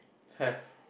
have